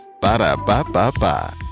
Ba-da-ba-ba-ba